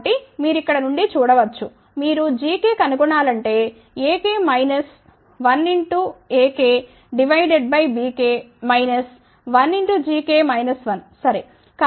కాబట్టి మీరు ఇక్కడ నుండి చూడ వచ్చు మీరు gk కనుగొనాలంటే ak minus 1xak divided by bk minus 1xgk minus 1సరే